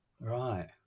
Right